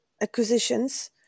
acquisitions